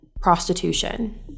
prostitution